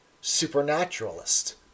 supernaturalist